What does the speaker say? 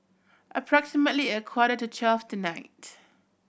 approximately a quarter to twelve tonight